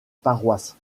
paroisses